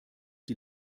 die